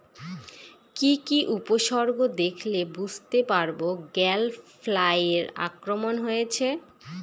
কি কি উপসর্গ দেখলে বুঝতে পারব গ্যাল ফ্লাইয়ের আক্রমণ হয়েছে?